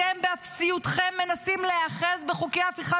אתם באפסיותכם מנסים להיאחז בחוקי ההפיכה